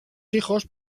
hijos